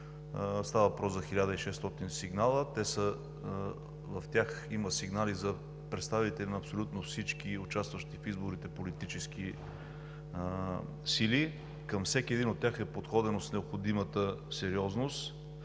става въпрос за 1600 сигнала, като има сигнали за представители на абсолютно всички участващи в изборите политически сили. Подходено е с необходимата сериозност